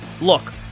Look